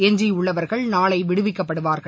எஞ்சியுள்ளவர்கள் நாளைவிடுவிக்கப்படுவார்கள்